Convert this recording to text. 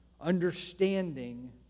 Understanding